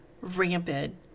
rampant